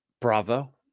bravo